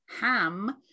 Ham